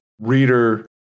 reader